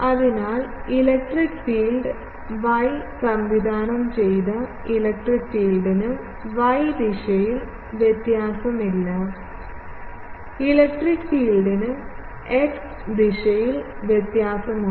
അതിനാൽ electric field y സംവിധാനം ചെയ്ത ഇലക്ട്രിക് ഫീൽഡിന് y ദിശയിൽ വ്യത്യാസമില്ല ഇലക്ട്രിക് ഫീൽഡിന് എക്സ് ദിശയിൽ വ്യത്യാസമുണ്ട്